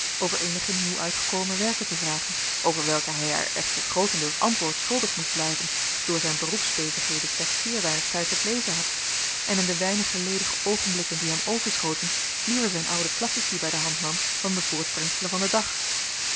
over eenige nieuw uitgekomen werken te vragen over welke hij haar echter grootendeels antwoordt schuldig moest blijven door zijn beroepsbezigheden slechts zeer weinig tijd tot lezen had en in de weinige ledige oogenblikken die hem overschoten liever zijn oude classici bij de hand nam dan de voortbrengselen van den dag